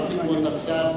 כבוד השר,